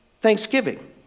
thanksgiving